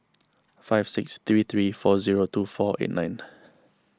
five six three three four zero two four eight nine